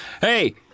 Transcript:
Hey